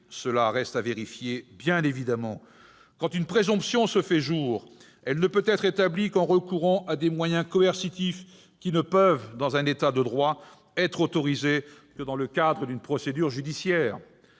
Cela reste bien évidemment à vérifier. Quand une présomption se fait jour, elle ne peut être établie qu'en recourant à des moyens coercitifs qui, dans un État de droit, ne peuvent être autorisés que dans le cadre d'une procédure judiciaire.